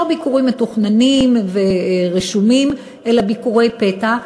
לא ביקורים מתוכננים ורשומים, אלא ביקורי פתע.